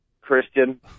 Christian